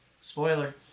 Spoiler